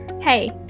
Hey